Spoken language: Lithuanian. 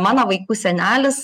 mano vaikų senelis